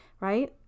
right